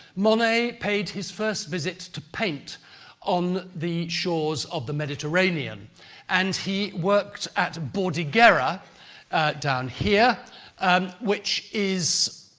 monet paid his first visit to paint on the shores of the mediterranean and he worked at bordighera down here um which is.